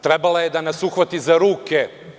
Trebala je da nas uhvati za ruke.